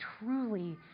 truly